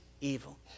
evil